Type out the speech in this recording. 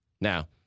Now